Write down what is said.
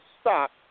stop